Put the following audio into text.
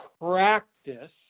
practice